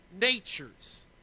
natures